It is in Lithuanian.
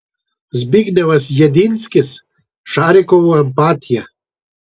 zbignevas jedinskis šarikovo empatija